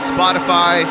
Spotify